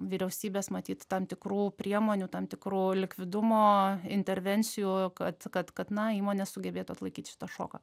vyriausybės matyt tam tikrų priemonių tam tikrų likvidumo intervencijų kad kad kad na įmonės sugebėtų atlaikyt šitą šoką